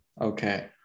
Okay